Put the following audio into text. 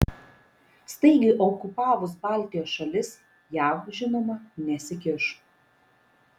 staigiai okupavus baltijos šalis jav žinoma nesikiš